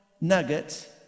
nuggets